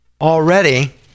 already